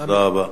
תודה רבה.